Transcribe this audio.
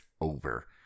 over